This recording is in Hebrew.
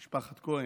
ממשפחת כהן,